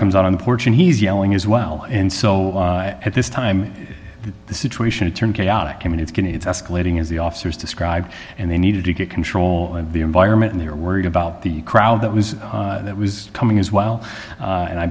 comes out on the porch and he's yelling as well and so at this time the situation turned chaotic and it's going it's escalating as the officers described and they needed to get control of the environment and they were worried about the crowd that was that was coming as well and i